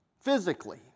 physically